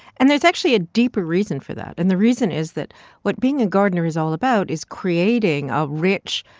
and there's actually a deeper reason for that. and the reason is that what being a gardener is all about is creating a rich,